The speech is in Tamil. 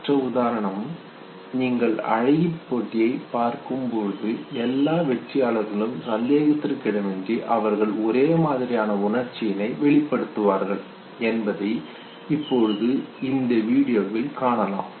மற்ற உதாரணம் நீங்கள் அழகு போட்டியைப் பார்க்கும்போது எல்லா வெற்றியாளர்களும் சந்தேகத்திற்கு இடமின்றி அவர்கள் ஒரே மாதிரியாக உணர்ச்சியினை வெளிப்படுத்துவார்கள் என்பதை இப்போது காணலாம்